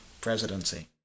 presidency